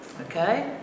Okay